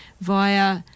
via